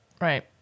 Right